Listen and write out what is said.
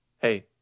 Hey